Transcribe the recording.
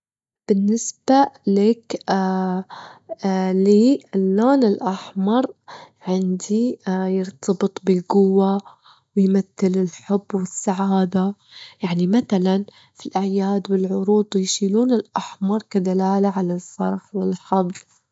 بالنسبة لك لي اللون الأحمر عندي يرتبط بالجوة، ويمتل الحب والسعادة، يعني متلًا في الأعياد والعروض يشيلون الأحمر كدلالة على الفرح والحظ.